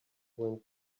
went